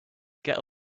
get